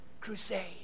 crusade